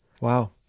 Wow